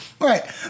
right